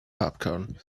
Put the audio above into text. popcorn